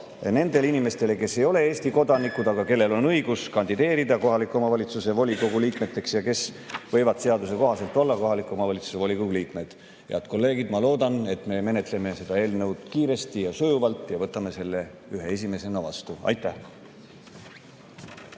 nendele inimestele, kes ei ole Eesti kodanikud, aga kellel on õigus kandideerida kohaliku omavalitsuse volikogu liikmeks ja kes võivad seaduse kohaselt olla kohaliku omavalitsuse volikogu liikmed. Head kolleegid, ma loodan, et me menetleme seda eelnõu kiiresti ja sujuvalt ning võtame selle vastu ühena esimestest. Aitäh!